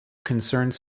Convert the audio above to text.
concerns